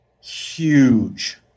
huge